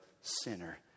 sinner